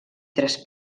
tres